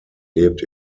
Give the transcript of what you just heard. lebt